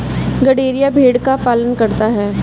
गड़ेरिया भेड़ का पालन करता है